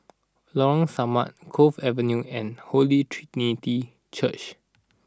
Lorong Samak Cove Avenue and Holy Trinity Church